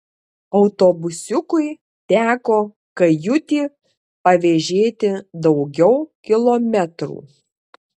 autobusiukui teko kajutį pavėžėti daugiau kilometrų